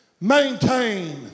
maintain